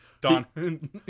Don